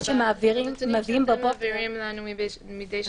ברגע שמביאים בבוקר --- הנתונים שאתם מעבירים לנו מדי שבוע.